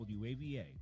wava